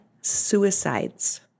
suicides